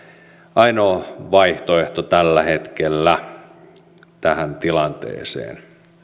ainoa vaihtoehto tällä hetkellä tähän tilanteeseen